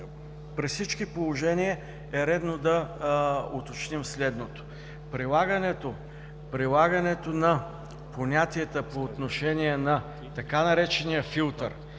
при всички положения е редно да уточним следното. Прилагането на понятията по отношение на така наречения „филтър“